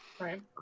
right